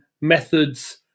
methods